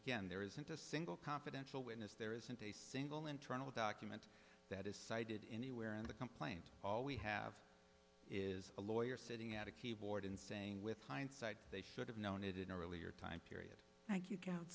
again there isn't a single confidential witness there isn't a single internal document that is cited anywhere in the complaint all we have is a lawyer sitting at a keyboard and saying with hindsight they should have known it in earlier time period